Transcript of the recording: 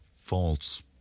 false